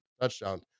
touchdown